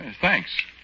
Thanks